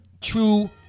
true